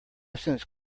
sense